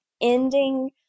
ending